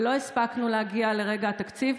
ולא הספקנו להגיע לרגע התקציב.